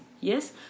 Yes